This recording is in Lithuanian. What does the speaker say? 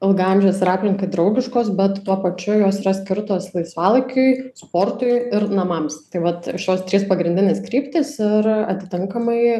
ilgaamžės ir aplinkai draugiškos bet tuo pačiu jos yra skirtos laisvalaikiui sportui ir namams tai vat šios trys pagrindinės kryptys ir atitinkamai